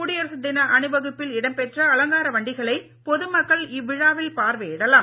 குடியரசு தின அணிவகுப்பில் இடம்பெற்ற அலங்கார வண்டிகளை பொது மக்கள் இவ்விழாவில் பார்வையிடலாம்